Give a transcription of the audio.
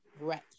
right